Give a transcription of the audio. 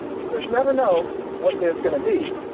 you just never know what there's gonna be.